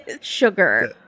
Sugar